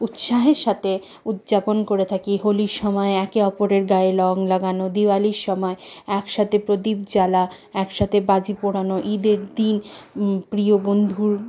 উৎসাহের সাথে উদযাপন করে থাকি হোলির সময়ে একে অপরের গায়ে রঙ লাগানো দিওয়ালির সময় একসাথে প্রদীপ জ্বালা একসাথে বাজি পোড়ানো ঈদের দিন প্রিয় বন্ধুর